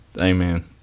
amen